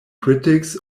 critics